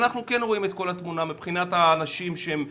אנחנו כן רואים את כל התמונה מבחינת אנשים שהם מבוגרים,